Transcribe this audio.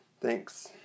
thanks